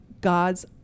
God's